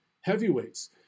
heavyweights